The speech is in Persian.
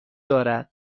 دارد